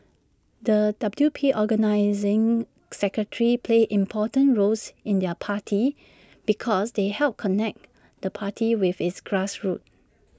the W P organising secretaries play important roles in their party because they help connect the party with its grassroots